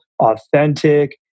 authentic